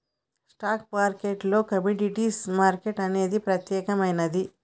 stock మార్కెట్టులోనే commodities market అనేది ప్రత్యేకమైనది